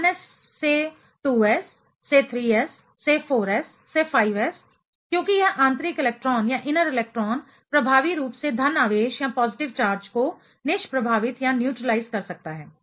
तो 1s से 2s से 3s से 4s से 5s क्योंकि यह आंतरिक इलेक्ट्रॉन प्रभावी रूप से धन आवेश पॉजिटिव चार्ज को निष्प्रभावित न्यूट्रीलाइज कर सकता है